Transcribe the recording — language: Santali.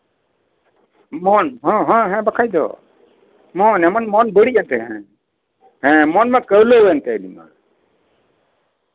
ᱡᱮᱢᱚᱱ ᱦᱮᱸ ᱦᱮᱸ ᱵᱟᱠᱷᱟᱡ ᱫᱚ ᱢᱚᱱ ᱮᱢᱚᱱ ᱢᱚᱱ ᱵᱟᱹᱲᱤᱡ ᱠᱟᱛᱮᱜ ᱦᱮᱸ ᱢᱚᱱ ᱢᱟ ᱠᱟᱹᱣᱞᱤ ᱮᱱ ᱛᱟᱭ ᱩᱱᱤ ᱢᱟ